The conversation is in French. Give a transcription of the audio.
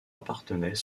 appartenaient